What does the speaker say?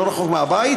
לא רחוק מהבית,